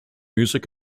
music